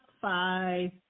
five